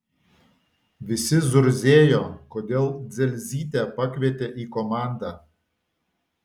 visi zurzėjo kodėl dzelzytę pakvietė į komandą